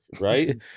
right